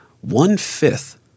One-fifth